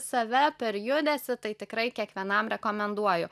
save per judesį tai tikrai kiekvienam rekomenduoju